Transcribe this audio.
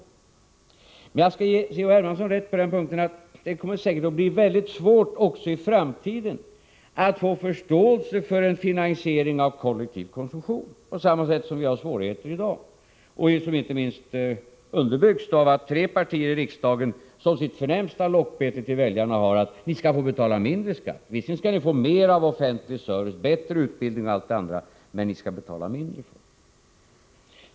12 december 1984 Men jag skall ge Carl-Henrik Hermansson rätt på den punkten att det säkerligen kommer att bli väldigt svårt också i framtiden att få förståelse för Den ekonomiska en NDANSIering av kollektiv | konsumtion, på samma tt som vi har politiken på medel svårigheter i dag, vilka inte minst underbyggs av att tre partier i riksdagen lång sikt som sitt förnämsta lockbete till väljarna har parollen: Ni skall betala mindre i skatt. Visserligen skall ni få mera offentlig service, bättre utbildning och allt det andra, men ni skall betala mindre för det.